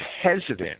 hesitant